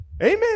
Amen